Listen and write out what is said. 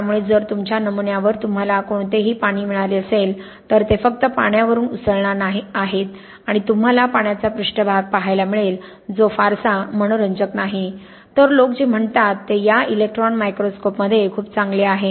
त्यामुळे जर तुमच्या नमुन्यावर तुम्हाला कोणतेही पाणी मिळाले असेल तर ते फक्त पाण्यावरून उसळणार आहेत आणि तुम्हाला पाण्याचा पृष्ठभाग पहायला मिळेल जो फारसा मनोरंजक नाही तर लोक जे म्हणतात ते या इलेक्ट्रॉन मायक्रोस्कोपमध्ये खूप चांगले आहे